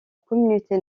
communauté